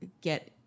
get